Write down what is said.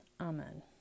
Amen